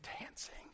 dancing